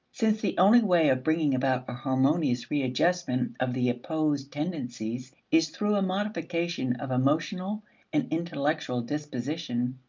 since the only way of bringing about a harmonious readjustment of the opposed tendencies is through a modification of emotional and intellectual disposition,